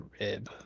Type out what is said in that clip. rib